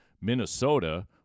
Minnesota